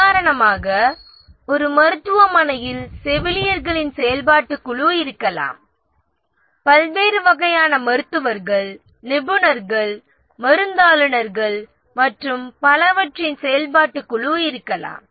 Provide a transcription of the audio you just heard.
உதாரணமாக ஒரு மருத்துவமனையில் செவிலியர்களின் செயல்பாட்டுக் குழு இருக்கலாம் பல்வேறு வகையான மருத்துவர்கள் நிபுணர்கள் மருந்தாளுநர்கள் மற்றும் பலவற்றின் செயல்பாட்டுக் குழுக்கள் இருக்கலாம்